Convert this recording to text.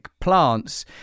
plants